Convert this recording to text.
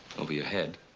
over your head?